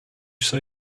say